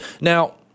Now